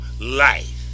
life